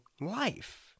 life